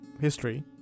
History